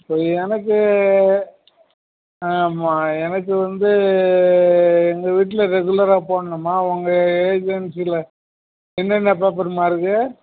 இப்போது எனக்கு ஆமாம் எனக்கு வந்து எங்கள் வீட்டில் ரெகுலராக போடணும்மா உங்கள் ஏஜென்ஸியில் என்னென்ன பேப்பரும்மா இருக்குது